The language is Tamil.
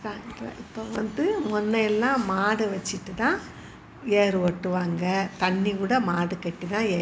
டிராக்டர் இப்போ வந்து முன்னையெல்லாம் மாடு வச்சிட்டு தான் ஏறு ஓட்டுவாங்க தண்ணிக்கூட மாடு காட்டிதான் ஏ